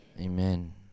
Amen